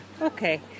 okay